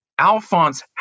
Alphonse